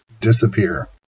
disappear